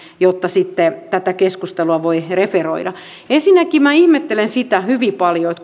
jotta sitten tätä keskustelua voi referoida ensinnäkin minä ihmettelen hyvin paljon